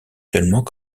seulement